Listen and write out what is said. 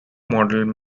modeled